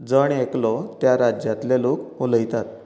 जण एकलो त्या राज्यांतले लोक उलयतात